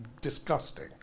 disgusting